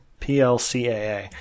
PLCAA